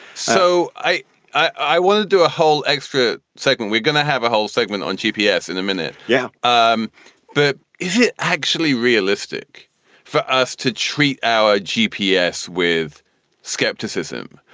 so i i want to do a whole extra second. we're gonna have a whole segment on g. p. s in a minute. yeah. um but is it actually realistic for us to treat our g. p. s with skepticism?